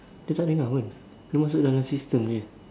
dia tak dengar pun dia masuk dalam sistem jer